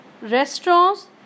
restaurants